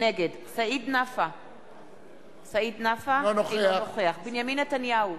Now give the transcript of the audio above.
נגד סעיד נפאע, אינו נוכח בנימין נתניהו,